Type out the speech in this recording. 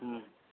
ಹ್ಞೂ